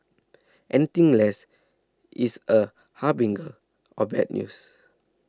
anything less is a harbinger of bad news